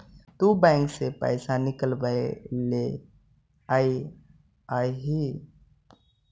तु बैंक से पइसा निकलबएले अइअहिं